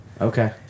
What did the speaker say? Okay